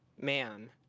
man